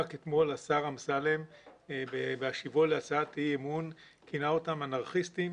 רק אתמול השר אמסלם בהשיבו להצעת אי אמון כינה אותם 'אנרכיסטים'